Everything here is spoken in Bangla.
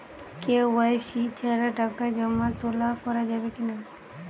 কে.ওয়াই.সি ছাড়া টাকা জমা তোলা করা যাবে কি না?